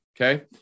okay